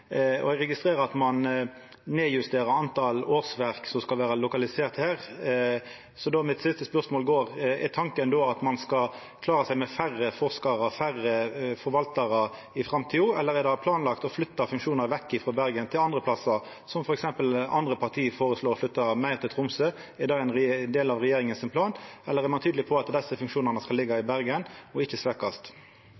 Eg registrerer at ein nedjusterer talet på årsverk som skal vera lokaliserte her. Så då er det siste spørsmålet mitt: Er tanken då at ein skal klara seg med færre forskarar og færre forvaltarar i framtida, eller er det planlagt å flytta funksjonar vekk frå Bergen til andre plassar? Andre parti føreslår f.eks. å flytta meir til Tromsø. Er det ein del av planen til regjeringa ? Eller er ein tydeleg på at desse funksjonane skal liggja i